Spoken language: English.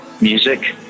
music